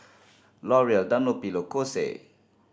L'Oreal Dunlopillo Kose